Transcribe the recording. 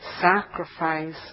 sacrifice